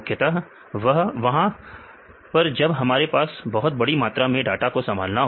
मुख्यतः वहां पर जब हमारे पास बहुत बड़ी मात्रा में डाटा को संभालना हो